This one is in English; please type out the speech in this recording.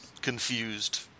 confused